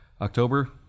October